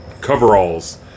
Coveralls